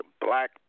Black